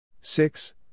six